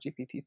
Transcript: GPT